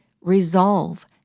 resolve